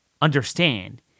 understand